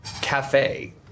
cafe